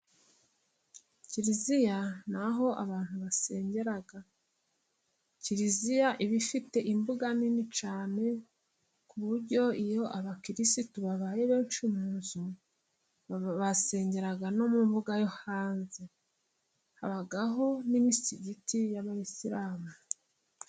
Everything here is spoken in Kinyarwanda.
Kiliziya ni aho abantu basengera, kiliziya iba ifite imbuga nini cyane ku buryo iyo abakirisitu babaye benshi mu nzu basengera no mu mbuga yo hanze. Habaho n'imisigiti y'abayisilamu.